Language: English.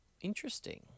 Interesting